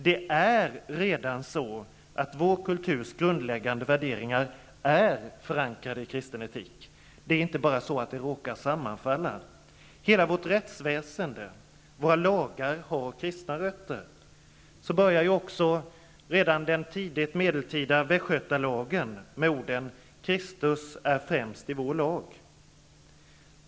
Det är redan så att vår kulturs grundläggande värderingar är förankrade i kristen etik. Det är inte så att de bara råkar sammanfalla. Hela vårt rättsväsende och våra lagar har kristna rötter. Redan den tidigt medeltida Västgötalagen börjar ju också med orden: ''Kristus är främst i vår lag.''